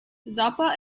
zappa